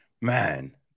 Man